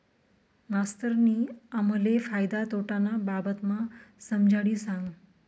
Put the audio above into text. मास्तरनी आम्हले फायदा तोटाना बाबतमा समजाडी सांगं